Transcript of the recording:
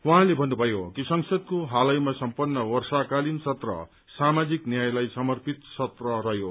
उहाँले भन्नुभयो कि संसदको हालैमा सम्पन्न वर्षाकालिन सत्र सामाजिक न्यायलाई समर्पित सत्र रहयो